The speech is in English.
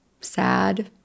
sad